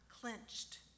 clenched